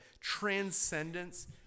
transcendence